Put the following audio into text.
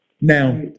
Now